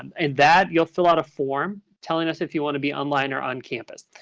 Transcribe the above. and that you'll fill out a form telling us if you want to be online or on campus.